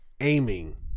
aiming